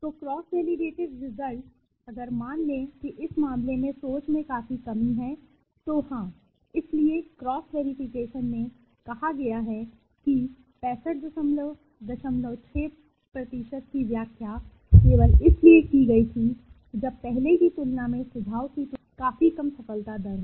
तो cross validated result में अगर मान लें कि इस मामले में सोच में काफी कमी है तो हां इसलिए क्रॉस वेरिफिकेशन में कहा गया है कि 656 की व्याख्या केवल इसलिए की गई थी जब पहले की तुलना में सुझाव की तुलना में काफी कम सफलता दर हो